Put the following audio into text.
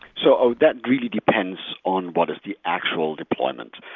so that really depends on what is the actual deployment.